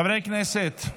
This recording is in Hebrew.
חברי הכנסת,